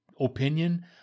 opinion